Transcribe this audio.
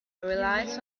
relies